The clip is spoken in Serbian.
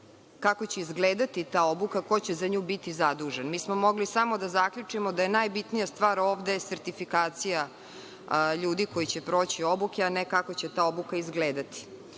Kako će izgledati ta obuka, ko će biti zadužen? Mi smo mogli samo da zaključimo da je ovde najbitnija stvar sertifikacija ljudi koji će proći obuke, a ne kako će ta obuka izgledati. Ono